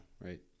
right